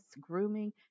grooming